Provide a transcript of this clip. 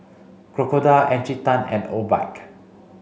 Crocodile Encik Tan and Obike